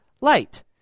light